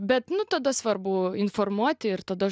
bet nu tada svarbu informuoti ir tada